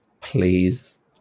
please